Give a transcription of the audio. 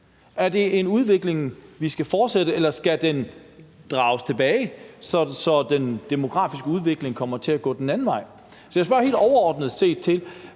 Er det en udvikling, vi skal fortsætte, eller skal den rulles tilbage, så den demografiske udvikling kommer til at gå den anden vej? Så jeg spørger helt overordnet set til,